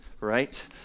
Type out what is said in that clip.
right